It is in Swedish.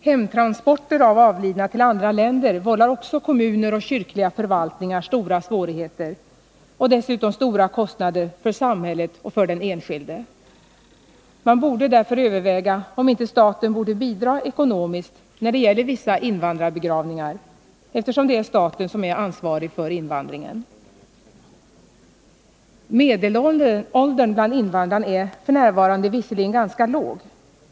Hemtransporter av avlidna till andra länder vållar också kommuner och kyrkliga förvaltningar stora svårigheter och orsakar dessutom stora kostnader för samhället och för den enskilde. Man borde därför överväga om inte staten skulle kunna bidraga ekonomiskt när det gäller vissa invandrarbegravningar, eftersom det är staten som är ansvarig för invandringen. Medelåldern för invandrarna är f. n. visserligen ganska låg.